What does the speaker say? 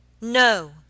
No